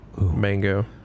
mango